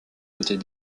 côtés